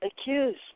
accused